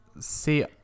See